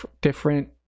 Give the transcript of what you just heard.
different